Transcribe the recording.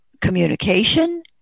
communication